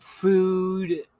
food